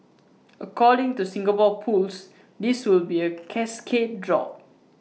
according to Singapore pools this will be A cascade draw